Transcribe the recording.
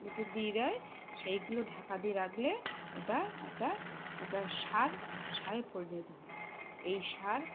মতে দিয়ে দেয় সেইগুলো ঢাকা দিয়ে রাখলে ওটা একটা একটা সার সারে পরিণত হয় এই সার